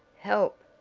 help!